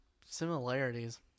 similarities